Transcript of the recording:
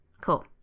Cool